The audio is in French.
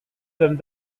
sommes